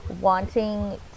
wanting